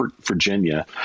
Virginia